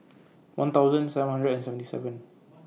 one thousand seven hundred and seventy seven